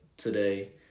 today